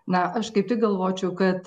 na aš kaip tik galvočiau kad